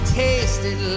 tasted